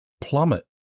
plummet